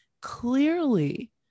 clearly